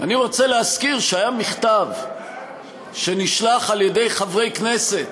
אני רוצה להזכיר שהיה מכתב שנשלח על-ידי חברי כנסת,